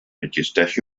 existeixi